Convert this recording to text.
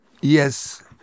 Yes